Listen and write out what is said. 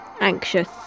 anxious